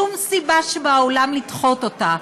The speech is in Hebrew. שאין שום סיבה שבעולם לדחות אותה,